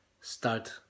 start